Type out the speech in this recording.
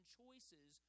choices